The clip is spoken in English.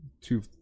two